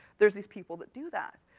there's these people that do that.